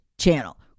channel